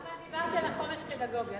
דיברתי על החומש הפדגוגי.